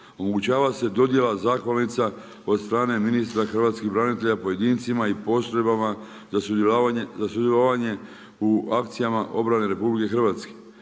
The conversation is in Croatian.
Omogućava se dodjela zahvalnica od strane ministra hrvatskih branitelja, pojedincima i postrojbama za sudjelovanje u akcijama obrane RH. Omogućava se